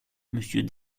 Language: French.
monsieur